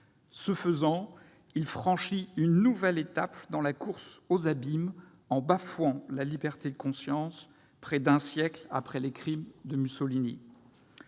Ce faisant, il franchit une nouvelle étape dans la course aux abîmes en bafouant la liberté de conscience, près d'un siècle après les crimes de Mussolini.